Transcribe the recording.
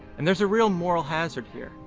and there's a real moral hazard here,